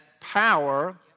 power